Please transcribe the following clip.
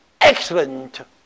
excellent